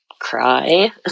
cry